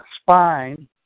spine